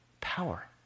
power